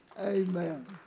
Amen